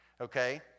okay